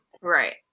Right